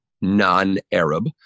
non-arab